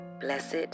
Blessed